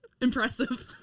Impressive